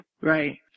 Right